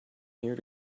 here